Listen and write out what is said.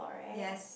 yes